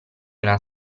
una